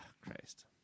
Christ